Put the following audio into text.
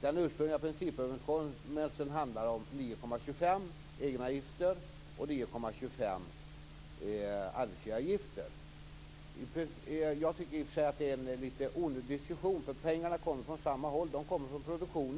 den ursprungliga principöverenskommelsen handlar om 9,25 % i egenavgifter och 9,25 % i arbetsgivaravgifter. Jag tycker i och för sig att det är en lite onödig diskussion, eftersom pengarna kommer från samma håll.